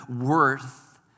worth